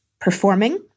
performing